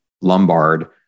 Lombard